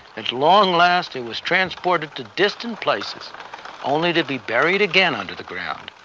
at long last, it was transported to distant places only to be buried again under the ground,